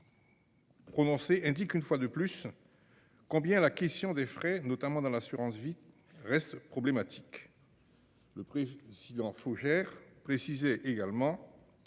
Prononcer indique une fois de plus. Combien la question des frais notamment dans l'assurance-vie reste problématique. Le prix si dans Fougères préciser également.